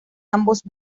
ambos